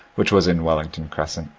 which was in wellington crescent